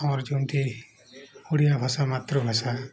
ଆମର ଯେମତି ଓଡ଼ିଆ ଭାଷା ମାତୃଭାଷା